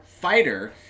Fighter